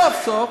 סוף-סוף,